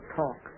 talk